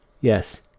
Yes